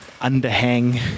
underhang